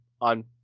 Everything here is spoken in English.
on